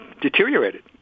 Deteriorated